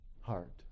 heart